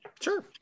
Sure